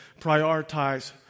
prioritize